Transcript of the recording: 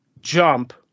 jump